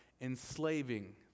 enslaving